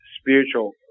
spiritual